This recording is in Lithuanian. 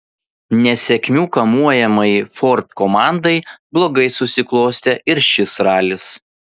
nesėkmių kamuojamai ford komandai blogai susiklostė ir šis ralis